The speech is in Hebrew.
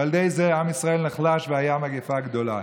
ועל ידי זה עם ישראל נחלש והייתה מגפה גדולה.